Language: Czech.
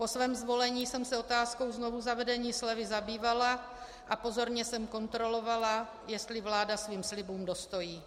Po svém zvolení jsem se otázkou znovuzavedení slevy zabývala a pozorně jsem kontrolovala, jestli vláda svým slibům dostojí.